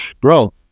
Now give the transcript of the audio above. bro